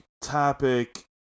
topic